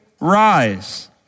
rise